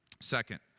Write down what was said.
Second